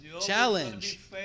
challenge